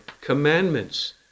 commandments